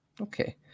Okay